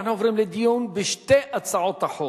אנחנו עוברים לדיון בשתי הצעות החוק.